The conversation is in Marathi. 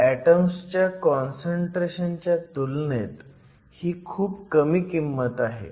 ऍटम्सच्या काँसंट्रेशन च्या तुलनेत ही खूप कमी किंमत आहे